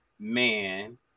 man